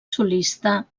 solista